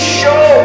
show